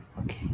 okay